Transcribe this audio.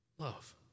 Love